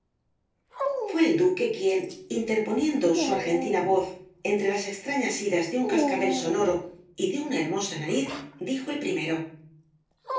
fué el duque quien interponiendo su argentina rosalía de castro voz entre las extrañas iras de un cascabel sonoro y de una hermosa nariz dijo el primero